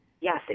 Yes